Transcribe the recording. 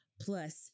plus